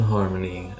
Harmony